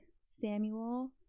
Samuel